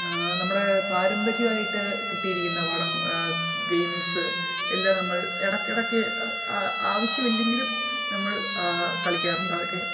നമ്മുടെ പാരമ്പര്യമായിട്ട് കിട്ടിയിരിക്കുന്ന വടം ഗെയിംസ് എല്ലാം നമ്മൾ ഇടക്കിടയ്ക്ക് ആവശ്യമില്ലെങ്കിലും നമ്മൾ കളിക്കാറുണ്ട് അതൊക്കെ